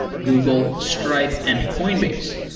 google, stripe and coinbase.